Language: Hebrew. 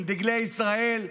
עם דגלי ישראל,